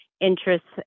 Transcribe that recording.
interests